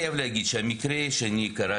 בגלל זה יש שיקום.